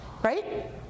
Right